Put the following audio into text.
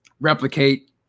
replicate